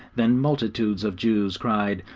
than multitudes of jews cried,